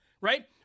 Right